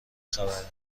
خبره